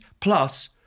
Plus